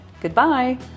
Goodbye